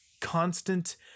constant